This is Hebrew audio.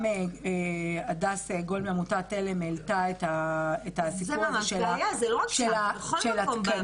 גם הדס גול מעמותת עלם העלתה את הסיפור הזה של התקנים.